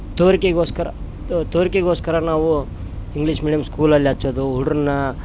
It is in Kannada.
ತೋರಿಕೆಗೋಸ್ಕರ ತೋರಿಕೆಗೋಸ್ಕರ ನಾವು ಇಂಗ್ಲಿಷ್ ಮೀಡಿಯಮ್ ಸ್ಕೂಲಲ್ಲಿ ಹಚ್ಚೋದು ಹುಡುಗ್ರನ್ನ